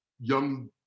young